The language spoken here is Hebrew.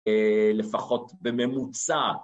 לפחות בממוצע.